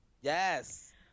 Yes